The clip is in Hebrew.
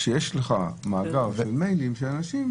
כשיש לך מאגר של מיילים של אנשים,